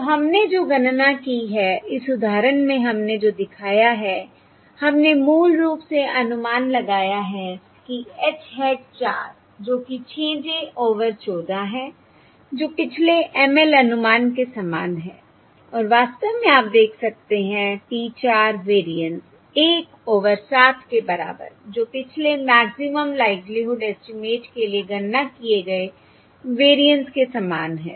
तो हमने जो गणना की है इस उदाहरण में हमने जो दिखाया है हमने मूल रूप से अनुमान लगाया है कि h hat 4 जो कि 6 j ओवर 14 है जो पिछले ML अनुमान के समान है और वास्तव में आप देख सकते हैं P 4 वेरिएंस 1 ओवर 7 के बराबर जो पिछले मैक्सिमम लाइक्लीहुड एस्टीमेट के लिए गणना किए गए वेरिएंस के समान है